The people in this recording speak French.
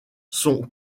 son